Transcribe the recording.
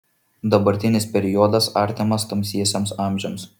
dabartinis periodas artimas tamsiesiems amžiams